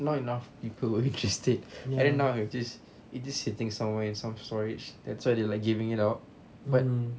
not enough people who are interested I think now we're just it's just sitting somewhere in some storage that's why they like giving it out but